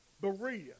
Berea